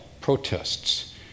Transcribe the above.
protests